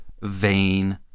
vain